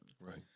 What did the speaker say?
Right